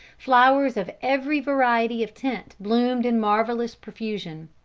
flowers of every variety of tint bloomed in marvellous profusion.